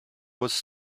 was